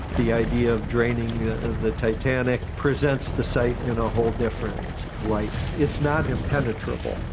the idea of draining the titanic presents the site in a whole different light. it's not impenetrable,